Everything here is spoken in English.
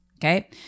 Okay